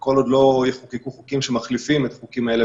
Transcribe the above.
כל עוד לא יחוקקו חוקים שמחליפים את החוקים האלה